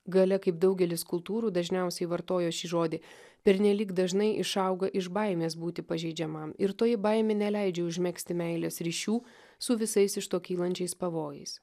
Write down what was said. galia kaip daugelis kultūrų dažniausiai vartojo šį žodį pernelyg dažnai išauga iš baimės būti pažeidžiamam ir toji baimė neleidžia užmegzti meilės ryšių su visais iš to kylančiais pavojais